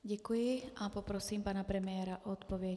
Děkuji a poprosím pana premiéra o odpověď.